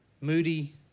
Moody